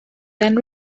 than